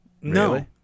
No